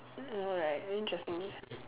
alright interesting